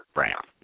Brown